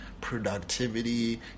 productivity